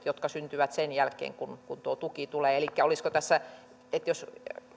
jotka syntyvät sen jälkeen kun kun tuo tuki tulee elikkä olisiko tässä niin että jos